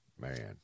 man